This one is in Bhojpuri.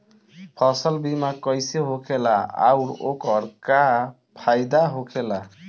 फसल बीमा कइसे होखेला आऊर ओकर का फाइदा होखेला?